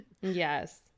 yes